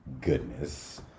goodness